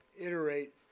iterate